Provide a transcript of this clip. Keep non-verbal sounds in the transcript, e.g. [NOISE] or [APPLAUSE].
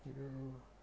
[UNINTELLIGIBLE]